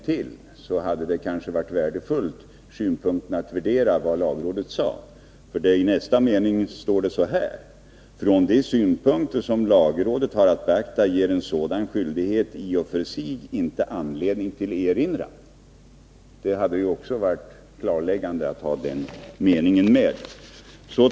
Det hade ändå varit värdefullt om Arne Andersson hade läst en mening till. I nästa mening står det nämligen så här: ”Från de synpunkter som lagrådet har att beakta ger en sådan skyldighet i och för sig inte anledning till erinran.” Det hade varit klarläggande att ha läst den meningen.